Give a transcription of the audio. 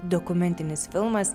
dokumentinis filmas